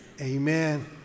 amen